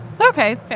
okay